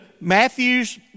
Matthew's